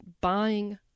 buying